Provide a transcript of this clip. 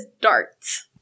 darts